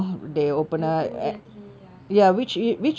uh year two year three ya have year four